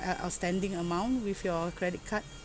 uh outstanding amount with your credit card